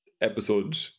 episode